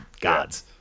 gods